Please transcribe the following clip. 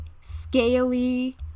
scaly